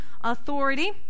authority